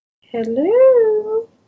Hello